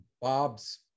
Bob's